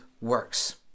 works